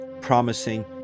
promising